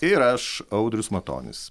ir aš audrius matonis